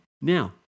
Now